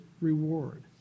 reward